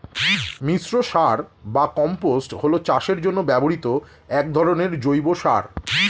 মিশ্র সার বা কম্পোস্ট হল চাষের জন্য ব্যবহৃত এক ধরনের জৈব সার